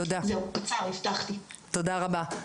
תודה רבה.